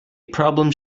problem